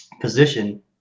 position